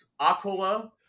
aquila